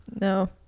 No